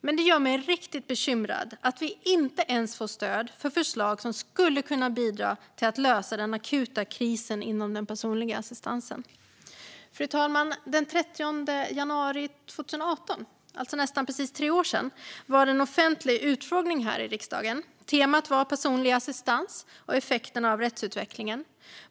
Men det gör mig riktigt bekymrad att vi inte ens får stöd för förslag som skulle kunna bidra till att lösa den akuta krisen inom den personliga assistansen. Fru talman! Den 30 januari 2018, för nästan precis tre år sedan, var det en offentlig utfrågning här i riksdagen. Temat var personlig assistans och effekterna av rättsutvecklingen.